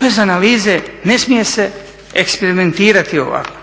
Bez analize ne smije se eksperimentirati ovako.